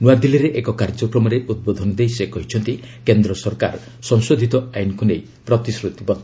ନୂଆଦିଲ୍ଲୀରେ ଏକ କାର୍ଯ୍ୟକ୍ରମରେ ଉଦ୍ବୋଧନ ଦେଇ ସେ କହିଛନ୍ତି କେନ୍ଦ୍ର ସରକାର ସଂଶୋଧିତ ଆଇନ୍କୁ ନେଇ ପ୍ରତିଶ୍ରତିବଦ୍ଧ